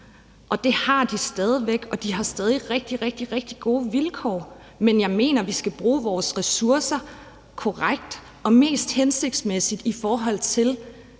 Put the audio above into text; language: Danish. og det har de stadig væk. De har stadig rigtig, rigtig gode vilkår, men jeg mener, at vi skal bruge vores ressourcer korrekt og mest hensigtsmæssigt, i forhold til